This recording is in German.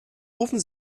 rufen